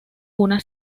una